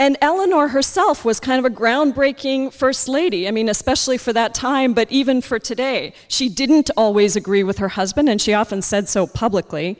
and eleanor herself was kind of a groundbreaking first lady i mean especially for that time but even for today she didn't always agree with her husband and she often said so publicly